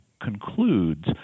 concludes